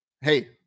hey